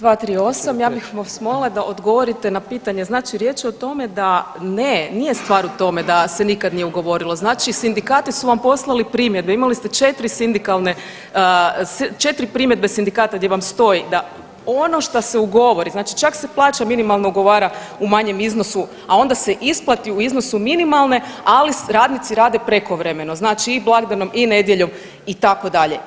238. ja bih vas molila da odgovorite na pitanje, znači riječ je o tome da ne nije stvar u tome da se nikad nije ugovorilo, znači sindikati su vam poslali primjedbe imali ste četiri primjedbe sindikata gdje vam stoji da ono što se ugovori, znači čak se plaća minimalno ugovara u manjem iznosu, a onda se isplati u iznosu minimalne, ali radnici rade prekovremeno znači i blagdanom, i nedjeljom itd.